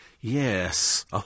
Yes